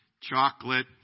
chocolate